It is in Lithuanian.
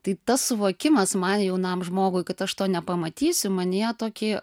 tai tas suvokimas man jaunam žmogui kad aš to nepamatysiu manyje tokį